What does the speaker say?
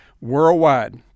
worldwide